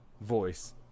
Voice